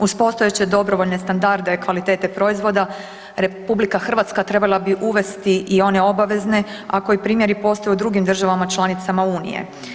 Uz postojeće dobrovoljne standarde kvalitete proizvoda, RH trebala bi uvesti i one obavezne a koji primjeri postoje u drugim državama članicama Unije.